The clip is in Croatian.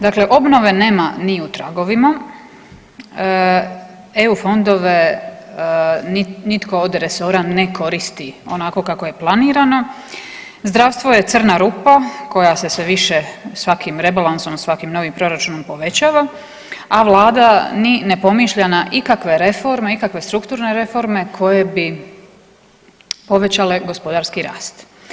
Dakle, obnove nema ni u tragovima, EU fondove nitko od resora ne koristi onako kako je planirano, zdravstvo je crna rupa koja se sve više svakim rebalansom, svakim novim proračunom povećava, a vlada ni ne pomišlja na ikakve reforme, ikakve strukturne reforme koje bi povećale gospodarski rast.